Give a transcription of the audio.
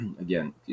again